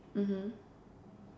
mmhmm